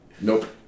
Nope